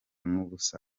n’ubusa